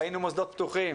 ראינו מוסדות פתוחים,